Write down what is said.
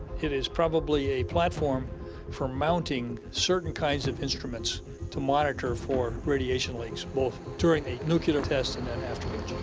it is probably a platform for mounting certain kinds of instruments to monitor for radiation leaks, both during a nuclear test and then afterwards.